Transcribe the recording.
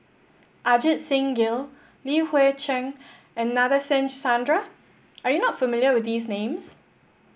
Ajit Singh Gill Li Hui Cheng and Nadasen Chandra are you not familiar with these names